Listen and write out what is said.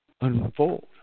unfold